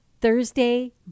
Thursday